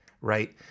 right